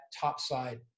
topside